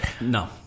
No